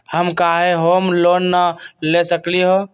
हम काहे home loan न ले सकली ह?